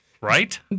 right